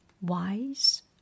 wise